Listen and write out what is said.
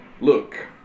look